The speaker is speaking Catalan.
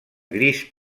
gris